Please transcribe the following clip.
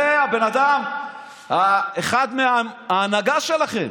זה בן אדם אחד מההנהגה שלכם,